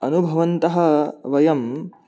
अनुभवन्तः वयं